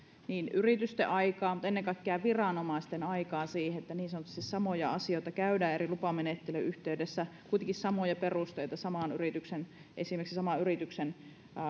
yritysten aikaa eikä ennen kaikkea viranomaisten aikaa siihen että niin sanotusti samoja asioita käydään läpi eri lupamenettelyjen yhteydessä kuitenkin samoja perusteita esimerkiksi saman yrityksen